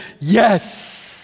yes